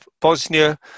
Bosnia